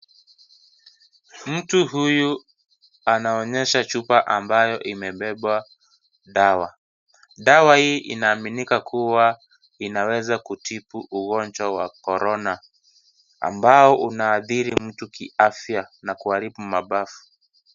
Mtu huyu anaonyesha chupa ambayo imebeba dawa. Dawa hii inaaminika kuwa inaweza kutibu ugonjwa wa korona ambao unaathiri mti kiafya na kuharibu mapafu.